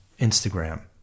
Instagram